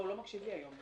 הוא לא מקשיב לי היום.